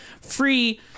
free